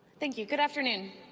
thank you. good afternoon.